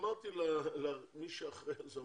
אמרתי למי שאחראי על זה,